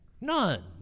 None